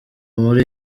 muri